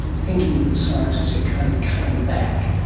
thinking that science is kind of cutting back,